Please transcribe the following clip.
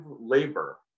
labor